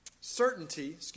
certainty